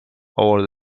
over